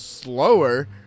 slower